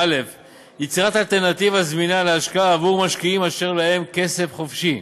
יצירת אלטרנטיבה זמינה להשקעה עבור משקיעים אשר להם כסף חופשי,